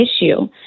issue